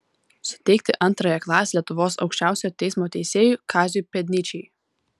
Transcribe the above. suteikti antrąją klasę lietuvos aukščiausiojo teismo teisėjui kaziui pėdnyčiai